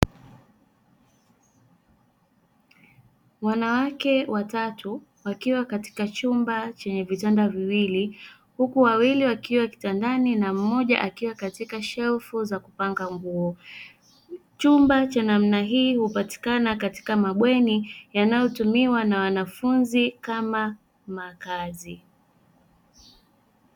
Wanawake watatu wakiwa katika chumba chenye vitanda viwili, huku wawili wakiwa kitandani na mmoja akiwa katika shelfu za kupanga nguo. Chumba cha namna hii hupatikana katika mabweni yanayotumiwa na wanafunzi kama makazi.